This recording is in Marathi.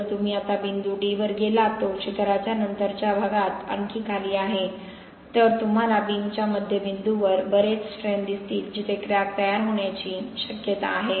जर तुम्ही आता बिंदू D वर गेलात जो शिखराच्या नंतरच्या प्रदेशात आणखी खाली आहे तर तुम्हाला बीमच्या मध्यबिंदूवर बरेच स्ट्रैन दिसतील जिथे क्रॅक तयार होण्याची शक्यता आहे